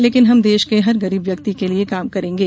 लेकिन हम देश के हर गरीब व्यक्ति के लिये काम करेंगे